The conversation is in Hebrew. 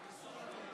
הצבעה,